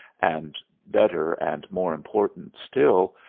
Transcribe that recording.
and, better and more important still,